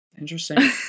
Interesting